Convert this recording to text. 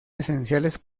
esenciales